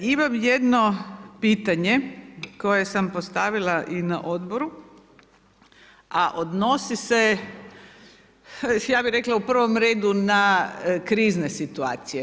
Imam jedno pitanje koje sam postavila i na odboru, a odnosi se ja bih rekla u prvom redu na krizne situacije.